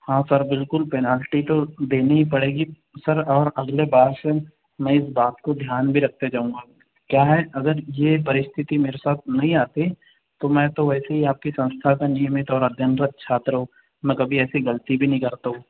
हाँ सर बिल्कुल पेनल्टी तो देनी ही पड़ेगी सर और अगले बार से मैं इस बात को ध्यान भी रखते जाऊंगा क्या है अगर ये परिस्थिति मेरे साथ नहीं आती तो मैं तो वैसे ही आपकी संस्था का नियमित और अध्ययनरत छात्र हूँ मैं कभी ऐसी गलती भी नहीं करता हूँ